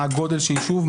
מה גודל היישוב,